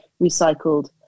recycled